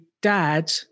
dad